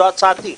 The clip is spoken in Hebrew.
זו הצעתי.